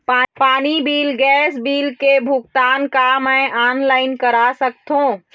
पानी bill gas bill के भुगतान का मैं ऑनलाइन करा सकथों?